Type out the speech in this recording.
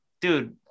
dude